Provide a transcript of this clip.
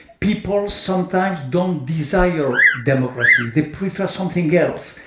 people sometimes don't desire democracies. they prefer something else.